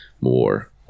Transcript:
more